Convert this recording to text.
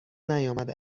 نیامده